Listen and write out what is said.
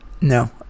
No